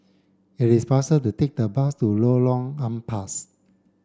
it is faster to take the bus to Lorong Ampas